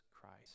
Christ